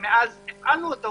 ומאז הפעלנו אותו,